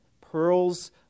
Pearls